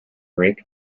rick